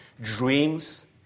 Dreams